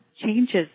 changes